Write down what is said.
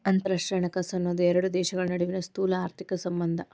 ಅಂತರರಾಷ್ಟ್ರೇಯ ಹಣಕಾಸು ಅನ್ನೋದ್ ಎರಡು ದೇಶಗಳ ನಡುವಿನ್ ಸ್ಥೂಲಆರ್ಥಿಕ ಸಂಬಂಧ